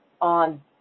on